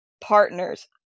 partners